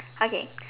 okay